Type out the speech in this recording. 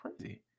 crazy